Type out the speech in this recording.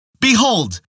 behold